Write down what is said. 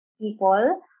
people